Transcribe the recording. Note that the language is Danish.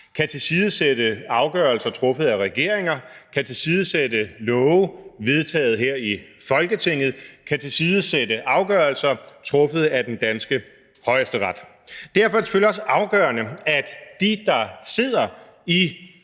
kan tilsidesætte afgørelser truffet af regeringer, kan tilsidesætte love vedtaget her i Folketinget og kan tilsidesætte afgørelser truffet af den danske Højesteret. Derfor er det selvfølgelig også afgørende, at dem, der sidder i